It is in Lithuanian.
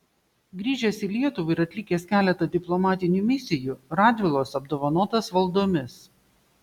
grįžęs į lietuvą ir atlikęs keletą diplomatinių misijų radvilos apdovanotas valdomis